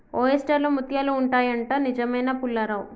oyster లో ముత్యాలు ఉంటాయి అంట, నిజమేనా పుల్లారావ్